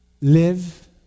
live